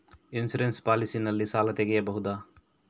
Insurance policy ನಲ್ಲಿ ಸಾಲ ತೆಗೆಯಬಹುದ?